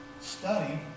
study